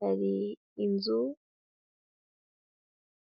hari inzu.